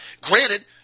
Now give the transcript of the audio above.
granted